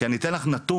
כי אני אתן לך נתון,